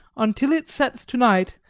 until it sets to-night,